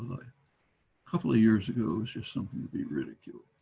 a couple of years ago it was just something to be ridiculed